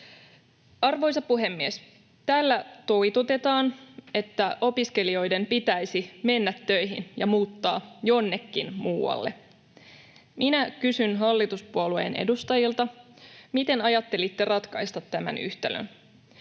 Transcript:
Arvoisa puhemies! Täällä toitotetaan, että opiskelijoiden pitäisi mennä töihin ja muuttaa jonnekin muualle. Minä kysyn hallituspuolueen edustajilta: miten ajattelitte ratkaista tämän yhtälön?